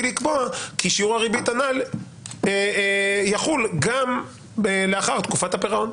לקבוע כי שיעור הריבית הנ"ל יחול גם לאחר תקופת הפירעון".